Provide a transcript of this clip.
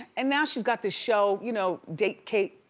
and now she's got this show, you know date kate,